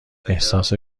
احساس